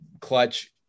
clutch